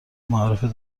معارف